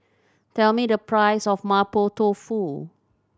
tell me the price of Mapo Tofu